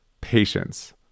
Patience